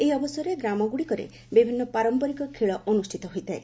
ଏହି ଅବସରରେ ଗ୍ରାମଗୁଡ଼ିକରେ ବିଭିନ୍ନ ପାରମ୍ପରିକ ଖେଳ ଅନୁଷିତ ହୋଇଥାଏ